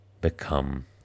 become